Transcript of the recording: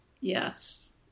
Yes